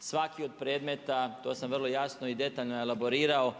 Svaki od predmeta, to sam vrlo jasno i detaljno elaborirao